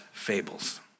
fables